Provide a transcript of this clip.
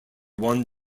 won